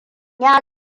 ya